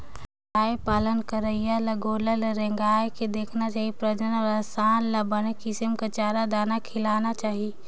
गाय पालन करइया ल गोल्लर ल रेंगाय के देखना चाही प्रजनन वाला सांड ल बने किसम के चारा, दाना खिलाना चाही